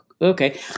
okay